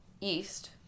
east